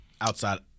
Outside